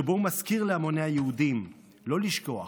שבו הוא מזכיר להמוני היהודים לא לשכוח